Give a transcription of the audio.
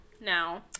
Now